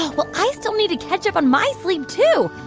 well, i still need to catch up on my sleep, too